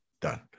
Done